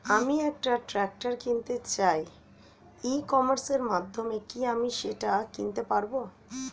আমি একটা ট্রাক্টর কিনতে চাই ই কমার্সের মাধ্যমে কি আমি সেটা কিনতে পারব?